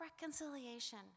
reconciliation